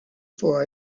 for